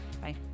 Bye